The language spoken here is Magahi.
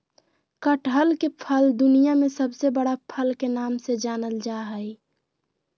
कटहल के फल दुनिया में सबसे बड़ा फल के नाम से जानल जा हइ